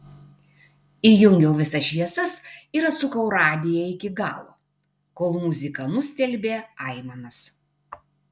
įjungiau visas šviesas ir atsukau radiją iki galo kol muzika nustelbė aimanas